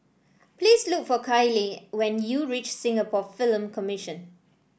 please look for Kyleigh when you reach Singapore Film Commission